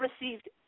received